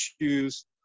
issues